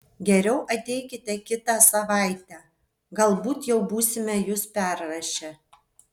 geriau ateikite kitą savaitę galbūt jau būsime jus perrašę